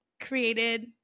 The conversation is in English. created